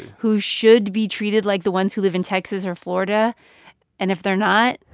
who should be treated like the ones who live in texas or florida and if they're not.